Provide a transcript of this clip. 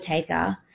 taker